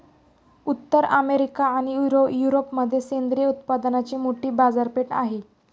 उत्तर अमेरिका आणि युरोपमध्ये सेंद्रिय उत्पादनांची मोठी बाजारपेठ आहे